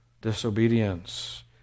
disobedience